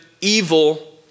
evil